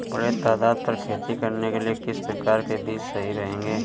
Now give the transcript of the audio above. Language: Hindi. बड़े तादाद पर खेती करने के लिए किस प्रकार के बीज सही रहेंगे?